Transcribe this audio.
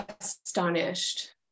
astonished